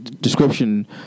description